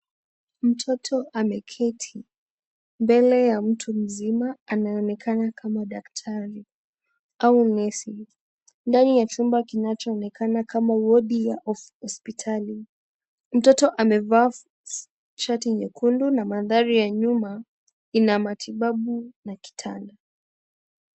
Mtoto ameketi mbele ya mtu mzima anaonekana kama daktari au nesi. Ndani ya chumba kinachoonekana kama wodi ya hospitali. Mtoto amevaa shati nyekundu na mandhari ya nyuma ina matibabu na kitanda.